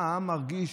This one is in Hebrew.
מה העם מרגיש,